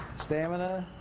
stamina,